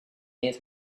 his